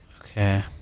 Okay